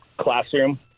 classroom